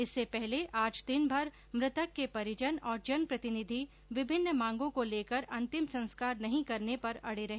इससे पहले आज दिनभर मृतक के परिजन और जनप्रतिनिधि विभिन्न मांगों को लेकर अंतिम संस्कार नहीं करने पर अड़े रहे